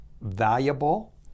valuable